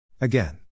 Again